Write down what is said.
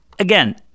Again